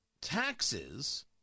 taxes